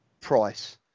price